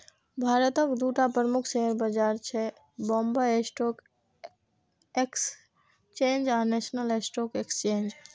भारतक दूटा प्रमुख शेयर बाजार छै, बांबे स्टॉक एक्सचेंज आ नेशनल स्टॉक एक्सचेंज